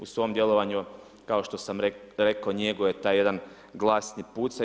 U svom djelovanju kao što sam rekao njeguje taj jedan glasni pucaj.